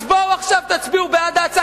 אז בואו עכשיו תצביעו בעד ההצעה,